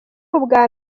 ubwa